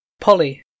Polly